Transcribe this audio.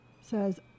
Says